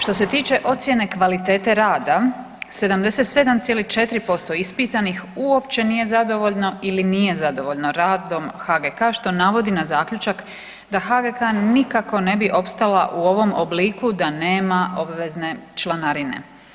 Što se tiče ocjene kvalitete rada 77,4% ispitanih uopće nije zadovoljno ili nije zadovoljnom radom HGK što navodi na zaključak da HGK nikako ne bi opstala u ovom obliku da nema obvezne članarine.